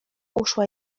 uszła